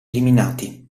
eliminati